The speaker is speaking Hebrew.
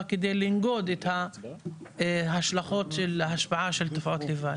כדי לנגוד את ההשלכות של ההשפעה של תופעות הלוואי.